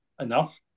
enough